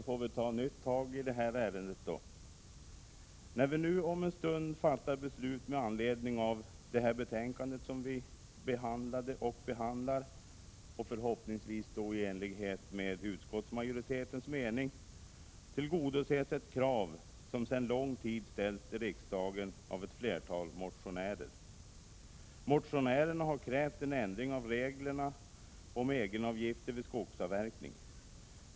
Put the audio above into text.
Herr talman! När vi om en stund fattar beslut med anledning av det betänkande vi behandlade och nu behandlar — och förhoppningsvis då i enlighet med utskottsmajoritetens mening — tillgodoses ett krav som sedan lång tid ställts i riksdagen av ett flertal motionärer. Motionärerna har krävt en ändring i reglerna om egenavgifter vid skogsavverkning.